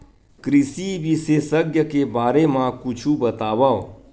कृषि विशेषज्ञ के बारे मा कुछु बतावव?